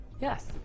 Yes